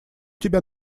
тебя